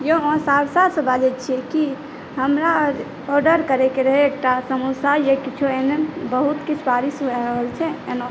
औ अहाँ सहरसासँ बाजै छिए कि हमरा ऑडर करैके रहै एकटा समोसा या किछु एहन बहुत तेज बारिश भऽ रहल छै एनौ